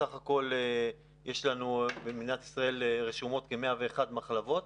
בסך-הכול, יש במדינת ישראל רשומות כ-101 מחלבות,